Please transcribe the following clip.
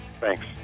Thanks